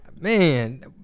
Man